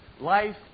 life